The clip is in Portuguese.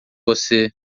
você